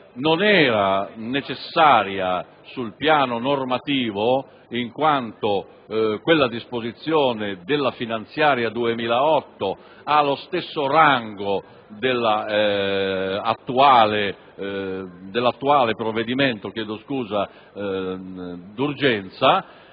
non era necessaria sul piano normativo, in quanto quella disposizione della legge finanziaria 2008 aveva lo stesso rango dell'attuale provvedimento d'urgenza.